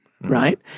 right